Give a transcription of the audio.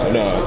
no